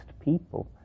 people